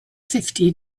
fifty